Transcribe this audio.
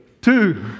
Two